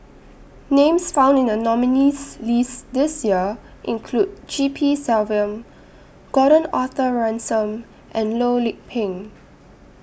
Names found in The nominees' list This Year include G P Selvam Gordon Arthur Ransome and Loh Lik Peng